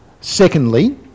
Secondly